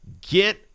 get